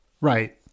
Right